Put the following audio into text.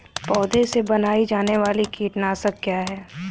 पौधों से बनाई जाने वाली कीटनाशक क्या है?